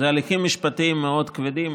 אלה הליכים משפטיים מאוד כבדים,